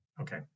Okay